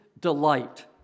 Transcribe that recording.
delight